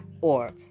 org